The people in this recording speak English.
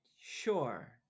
Sure